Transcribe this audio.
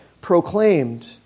proclaimed